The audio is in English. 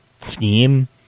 scheme